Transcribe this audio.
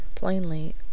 plainly